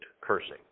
cursing